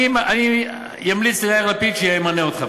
אני אמליץ ליאיר לפיד שימנה אותך,